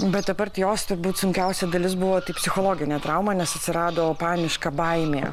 bet apart jos turbūt sunkiausia dalis buvo tai psichologinė trauma nes atsirado paniška baimė